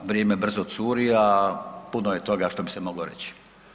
Vrijeme brzo curi, a puno je toga što bi se moglo reći.